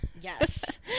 Yes